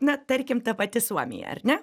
na tarkim ta pati suomija ar ne